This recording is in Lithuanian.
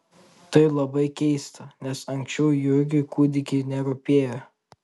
tai labai keista nes anksčiau jurgiui kūdikiai nerūpėjo